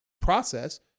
process